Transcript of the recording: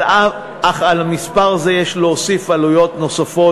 אך על מספר זה יש להוסיף עלויות נוספות,